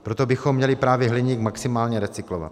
Proto bychom měli právě hliník maximálně recyklovat.